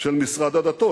של משרד הדתות.